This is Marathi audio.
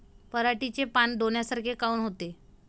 पराटीचे पानं डोन्यासारखे काऊन होते?